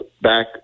back